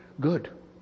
good